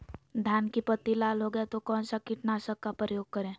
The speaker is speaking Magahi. धान की पत्ती लाल हो गए तो कौन सा कीटनाशक का प्रयोग करें?